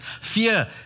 Fear